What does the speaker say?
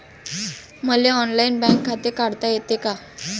मले online bank खाते काढता येते का?